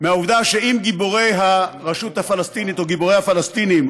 מהעובדה שאם גיבורי הרשות הפלסטינית או גיבורי הפלסטינים,